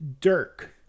Dirk